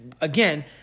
again